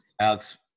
Alex